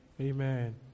Amen